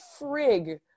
frig